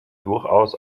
durchaus